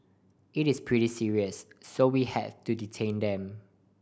it is pretty serious so we have to detained them